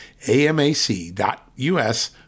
amac.us